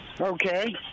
Okay